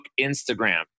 Instagram